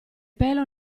pelo